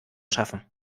schaffen